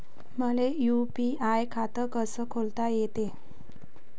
मले यू.पी.आय खातं कस खोलता येते?